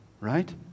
right